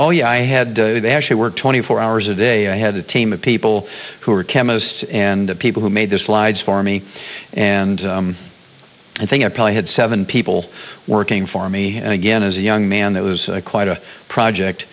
oh yeah i had to actually work twenty four hours a day i had a team of people who were chemists and people who made the slides for me and i think i probably had seven people working for me and again as a young man that was quite a project